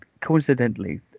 Coincidentally